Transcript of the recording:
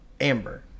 Amber